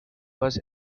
was